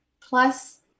plus